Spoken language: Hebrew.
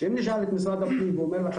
אם נשאל את משרד הפנים והוא אומר לך,